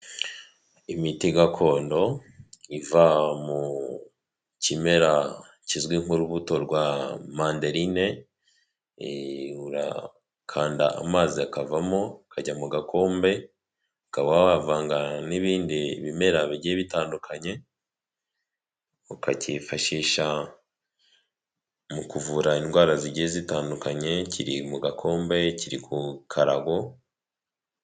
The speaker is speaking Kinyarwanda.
Imiti gakondo, iva mu kimera kizwi nk'urubuto rwa manderine, urakanda amazi akavamo akajya mu gakombe ukaba wavanga n'ibindi ibimera bigiye bitandukanye. Ukacyifashisha mu kuvura indwara zigiye zitandukanye, kiri mu gakombe kiri ku karago.